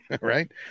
right